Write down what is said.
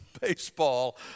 baseball